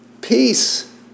peace